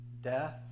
Death